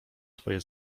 twoje